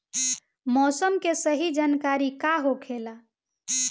मौसम के सही जानकारी का होखेला?